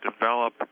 develop